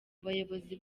abayobozi